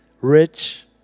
rich